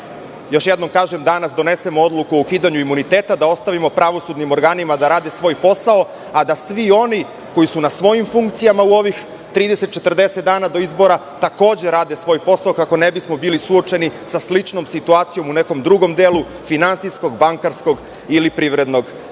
još jednom kažem, danas donesemo odluku o ukidanju imuniteta, da ostavimo pravosudnim organima da rade svoj posao, a da svi oni koji su na svojim funkcijama u ovih 30 ili 40 dana do izbora takođe rade svoj posao kako ne bismo bili suočeni sa sličnom situacijom u nekom drugom delu finansijskog, bankarskog ili privrednog sektora.